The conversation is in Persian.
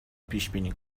پیشبینی